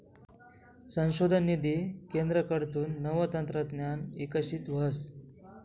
संशोधन निधी केंद्रकडथून नवं तंत्रज्ञान इकशीत व्हस